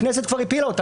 הכנסת כבר הפילה אותה,